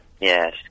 Yes